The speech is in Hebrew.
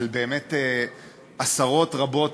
על עשרות רבות,